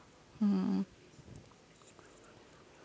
mm